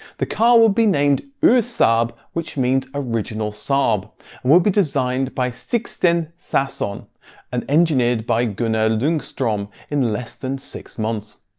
the car would be named ursaab which means original saab and would be designed by sixten sason and engineered by gunnar ljungstrom in less than six months.